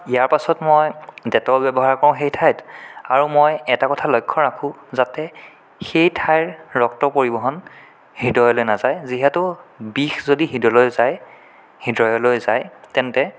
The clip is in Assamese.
ইয়াৰ পাছত মই ডেটল ব্যৱহাৰ কৰোঁ সেই ঠাইত আৰু মই এটা কথা লক্ষ্য ৰাখো যাতে সেই ঠাইৰ ৰক্ত পৰিবহণ হৃদয়লৈ নাযায় যিহেতু বিষ যদি হৃদয়লৈ যায় হৃদয়লৈ যায় তেন্তে